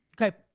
Okay